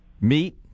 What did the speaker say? meet